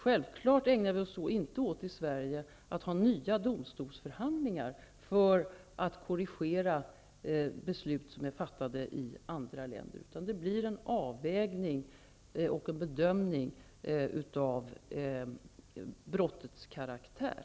Självfallet ägnar vi oss inte åt att i Sverige hålla nya domstolsförhandlingar för att korrigera beslut som är fattade i andra länder. Vi gör en avvägning och en bedömning av brottets karaktär.